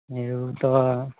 એવું તો